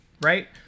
right